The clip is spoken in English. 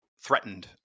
threatened